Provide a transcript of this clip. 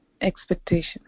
expectation